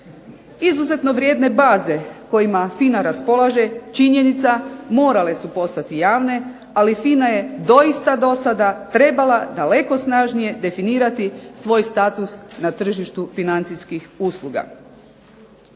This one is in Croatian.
Izuzetno vrijedne baze kojima FINA raspolaže činjenica morale su postati javne, ali FINA je doista do sada trebala daleko snažnije definirati svoj status na tržištu financijskih usluga.